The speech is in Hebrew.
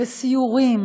וסיורים,